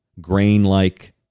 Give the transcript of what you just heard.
grain-like